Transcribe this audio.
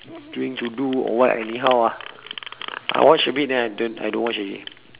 drink to do or what anyhow ah I watch a bit then I don't I don't watch already